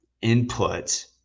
input